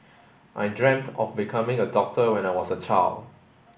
I dreamt of becoming a doctor when I was a child